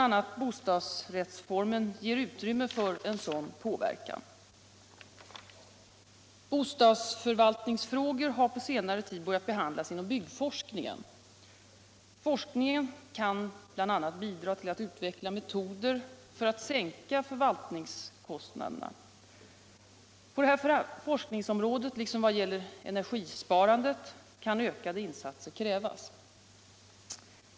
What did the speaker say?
a. bostadsrättsformen ger utrymme för en sådan påverkan. Bostadsförvaltningsfrågor har på senare tid börjat behandlas inom byggforskningen. Forskningen kan bl.a. bidra till att utveckla metoder för att sänka förvaltningskostnaderna. På detta forskningsområde — liksom vad gäller energisparandet — kan ökade insatser krävas.